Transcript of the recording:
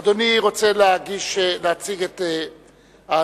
אדוני רוצה להציג את ההצעה?